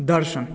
दर्शन